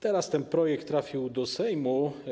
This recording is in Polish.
Teraz ten projekt trafił do Sejmu.